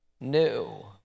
new